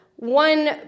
One